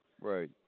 Right